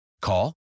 Call